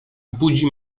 budzi